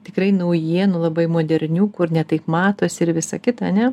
tikrai naujienų labai modernių kur ne taip matosi ir visa kita ar ne